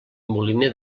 moliner